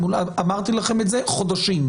אמרתי לכם את זה חודשים.